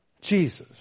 Jesus